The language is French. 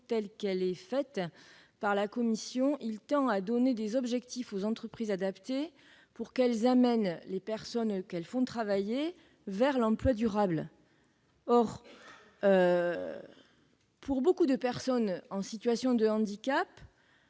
Le dispositif adopté par la commission tend à donner des objectifs aux entreprises adaptées pour qu'elles conduisent les personnes qu'elles font travailler vers l'emploi durable. Or, pour de nombreuses personnes en situation de handicap,